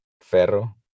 Ferro